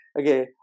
Okay